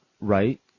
Right